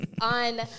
on